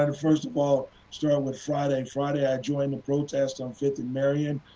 and first of all, starting with friday, friday joined the protest on fifth and marion.